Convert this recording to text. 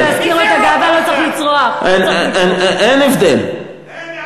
אין הבדל.